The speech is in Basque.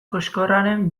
koxkorraren